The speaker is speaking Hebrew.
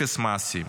אפס מעשים.